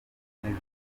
nijoro